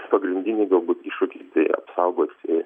pagridinis galbūt iššūkis tai apsaugoti